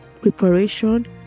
preparation